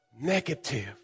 negative